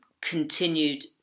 continued